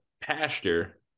pasture